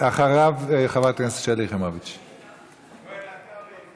חברת הכנסת שלי יחימוביץ, בבקשה, סליחה,